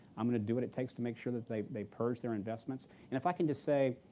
i'm going to do what it takes to make sure that they they purge their investments. and if i can just say,